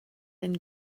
and